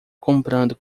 comprando